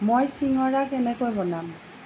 মই চিঙৰা কেনেকৈ বনাম